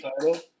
title